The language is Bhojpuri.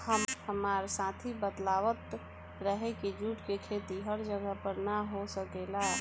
हामार साथी बतलावत रहे की जुट के खेती हर जगह पर ना हो सकेला